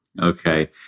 Okay